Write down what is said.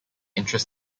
interest